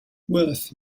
worth